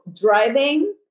driving